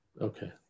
Okay